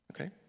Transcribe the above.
Okay